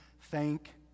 thank